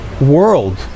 world